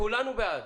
בוודאי, כולנו בעד.